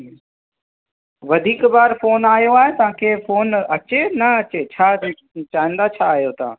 वधीक बार कोन आयो आहे तव्हांखे फ़ोन अचे न अचे छा चाहींदा छा आहियो तव्हां